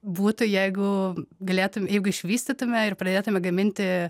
būtų jeigu galėtum jeigu išvystytume ir pradėtume gaminti